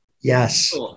Yes